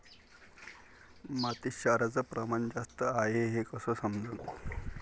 मातीत क्षाराचं प्रमान जास्त हाये हे कस समजन?